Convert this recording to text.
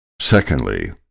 Secondly